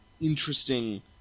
interesting